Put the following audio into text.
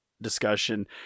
discussion